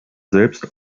selbst